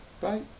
Bye